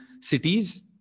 cities